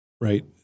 right